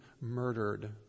murdered